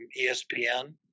ESPN